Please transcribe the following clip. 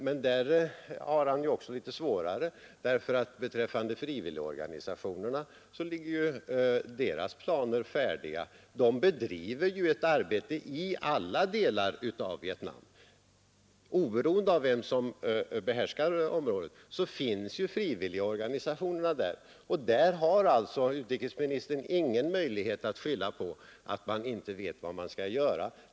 Men där har han också en något svårare uppgift, eftersom frivilligorganisationernas planer redan ligger färdiga. De bedriver ju sedan lång tid ett arbete i alla delar av Vietnam. Oberoende av vem som behärskar området finns ju frivilligorganisationerna där. Där har alltså utrikesministern ingen möjlighet att skylla på att man inte vet vad man skall göra.